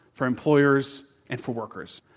for employers, and for workers,